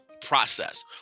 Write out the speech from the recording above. process